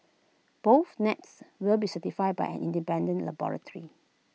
both nets will be certified by an independent laboratory